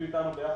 בערך?